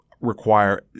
require